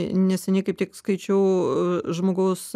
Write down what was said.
neseniai kaip tik skaičiau žmogaus